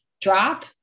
drop